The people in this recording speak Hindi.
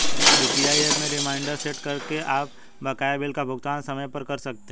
यू.पी.आई एप में रिमाइंडर सेट करके आप बकाया बिल का भुगतान समय पर कर सकते हैं